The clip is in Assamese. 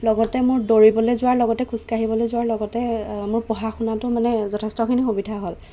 লগতে মোৰ দৌৰিবলে যোৱাৰ লগতে খোজ কাঢ়িবলৈ যোৱাৰ লগতে মোৰ পঢ়া শুনাতো মানে যথেষ্টখিনি সুবিধা হ'ল